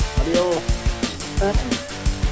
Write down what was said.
Adios